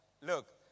look